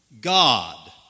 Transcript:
God